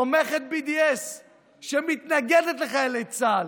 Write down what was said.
תומכת BDS שמתנגדת לחיילי צה"ל.